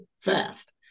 fast